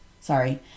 Sorry